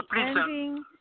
ending